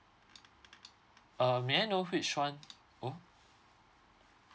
um may I know which one oh